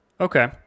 okay